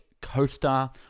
co-star